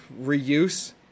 reuse